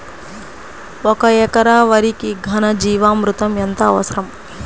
ఒక ఎకరా వరికి ఘన జీవామృతం ఎంత అవసరం?